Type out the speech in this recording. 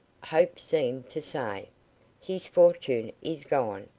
hope seemed to say his fortune is gone,